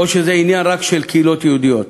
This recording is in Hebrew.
או שזה עניין רק של קהילות יהודיות.